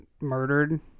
murdered